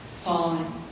falling